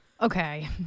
Okay